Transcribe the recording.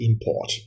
import